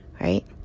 right